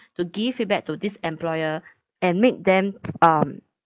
to give feedback to this employer and make them um